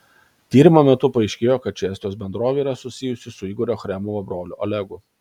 tyrimo metu paaiškėjo kad ši estijos bendrovė yra susijusi su igorio achremovo broliu olegu